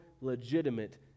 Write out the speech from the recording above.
legitimate